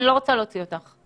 אני לא רוצה להוציא אותך.